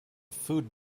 food